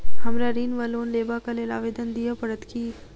हमरा ऋण वा लोन लेबाक लेल आवेदन दिय पड़त की?